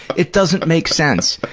it doesn't make sense.